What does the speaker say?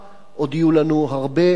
עוד יהיו לנו הרבה אלוני-מורה,